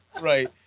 Right